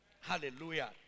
Hallelujah